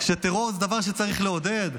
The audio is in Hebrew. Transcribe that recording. שטרור זה דבר שצריך לעודד,